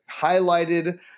highlighted